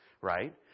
right